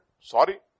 Sorry